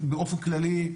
באופן כללי,